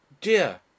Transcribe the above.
Dear